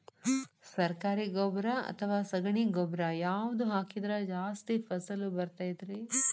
ಸರಕಾರಿ ಗೊಬ್ಬರ ಅಥವಾ ಸಗಣಿ ಗೊಬ್ಬರ ಯಾವ್ದು ಹಾಕಿದ್ರ ಜಾಸ್ತಿ ಫಸಲು ಬರತೈತ್ರಿ?